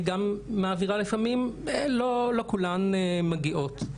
אני מעבירה הכשרות לפעמים - לא כולן מגיעות.